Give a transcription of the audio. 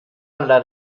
alla